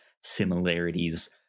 similarities